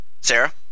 Sarah